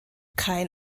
kein